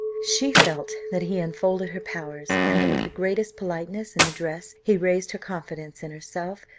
she felt that he unfolded her powers, and that with the greatest politeness and address he raised her confidence in herself,